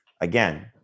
again